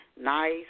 nice